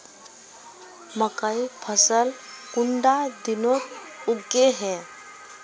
मकई फसल कुंडा दिनोत उगैहे?